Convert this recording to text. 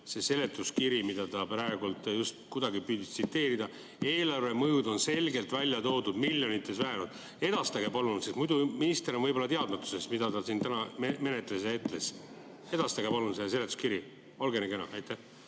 see seletuskiri, mida ta praegu just kuidagi püüdis tsiteerida. Eelarve mõjud on selgelt välja toodud, see [raha] on miljonites vähenenud. Edastage palun, sest muidu minister on võib-olla teadmatuses, mida ta siin täna menetles ja etles. Edastage palun see seletuskiri, olge nii kena! Aitäh!